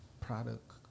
product